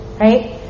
right